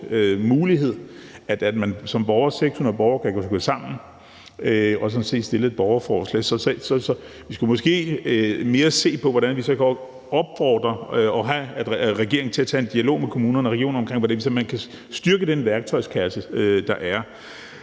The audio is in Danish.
mulighed, at 600 borgere kan gå sammen og stille et borgerforslag. Så I skulle måske mere se på, hvordan vi kan opfordre regeringen til at tage en dialog med kommunerne og regionerne om, hvordan man ligesom kan gøre den værktøjskasse, der er,